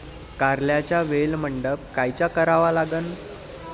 कारल्याचा वेल मंडप कायचा करावा लागन?